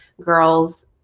girls